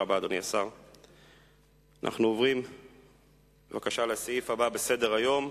אנחנו עוברים לסעיף הבא בסדר-היום,